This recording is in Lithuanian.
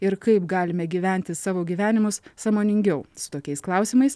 ir kaip galime gyventi savo gyvenimus sąmoningiau su tokiais klausimais